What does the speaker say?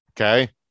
okay